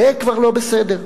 זה כבר לא בסדר.